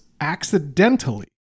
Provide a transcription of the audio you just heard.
accidentally